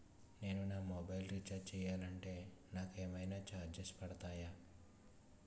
నేను నా mobile recharge చేయాలంటే నాకు ఏమైనా చార్జెస్ పడతాయా?